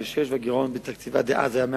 זה ימים?